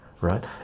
right